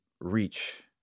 reach